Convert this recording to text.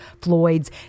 Floyd's